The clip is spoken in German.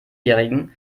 jährigen